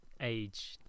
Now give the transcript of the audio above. age